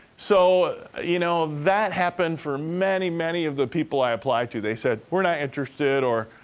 so, you know that happened for many, many of the people i applied to. they said, we're not interested, or,